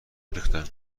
ریختن